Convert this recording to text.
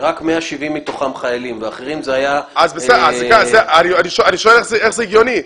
כשרק 170 מתוכם חיילים ואחרים זה היה --- אני שואל איך זה הגיוני?